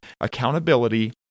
accountability